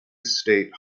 state